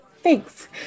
Thanks